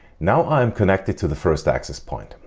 now i am connected to the first access point.